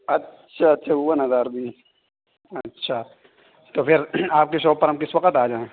اچھا چون ہزار بھی اچھا تو پھر آپ کی شاپ پر ہم کس وقت آ جائیں